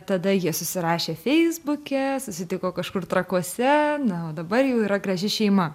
tada jie susirašė feisbuke susitiko kažkur trakuose na o dabar jau yra graži šeima